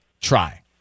Try